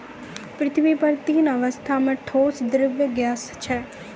पृथ्वी पर तीन अवस्था म ठोस, द्रव्य, गैस छै